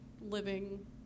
living